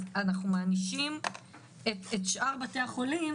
אז אנחנו מענישים את שאר בתי החולים.